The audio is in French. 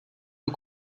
peu